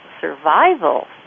survival